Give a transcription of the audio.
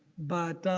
but